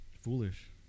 foolish